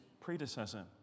predecessor